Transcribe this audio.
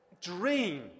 dream